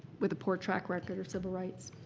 with a poor track record of civil rights?